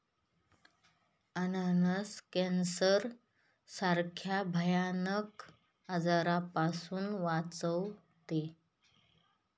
अननस कॅन्सर सारख्या भयानक आजारापासून वाचवते